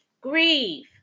grieve